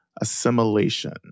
assimilation